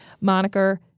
moniker